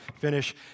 finish